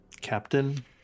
captain